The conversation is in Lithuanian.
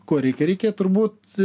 ko reikia reikia turbūt